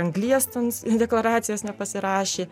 anglies ten deklaracijos nepasirašė